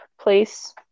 place